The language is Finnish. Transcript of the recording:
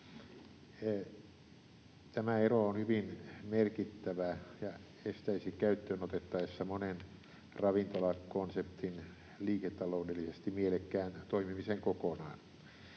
Tämä ero on hyvin merkittävä ja estäisi käyttöön otettaessa monen ravintolakonseptin liiketaloudellisesti mielekkään toimimisen kokonaan.